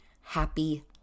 happy